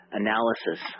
analysis